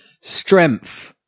Strength